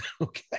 Okay